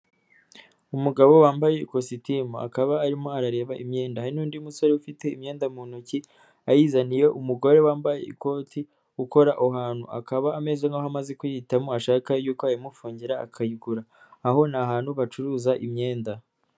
Umugabo wambaye ikositimu, akaba arimo arareba imyenda, hari n'undi musore ufite imyenda mu ntoki, ayizaniye umugore wambaye ikoti, ukora aho hantu, akaba ameze nk'aho amaze kuyihitamo, ashaka y'uko ayimufungira akayigura, aho ni ahantu bacuruza imyenda.